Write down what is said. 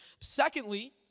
Secondly